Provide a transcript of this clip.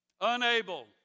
unable